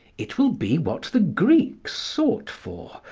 it will be what the greeks sought for,